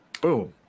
boom